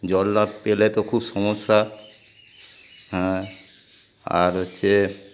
জল না পেলে তো খুব সমস্যা হ্যাঁ আর হচ্ছে